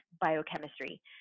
biochemistry